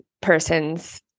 person's